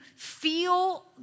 feel